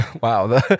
Wow